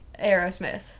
Aerosmith